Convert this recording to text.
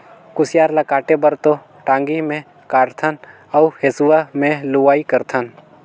कुसियार ल काटे बर तो टांगी मे कारथन अउ हेंसुवा में लुआई करथन